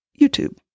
YouTube